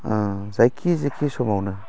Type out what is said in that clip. जायखि जिखि समावनो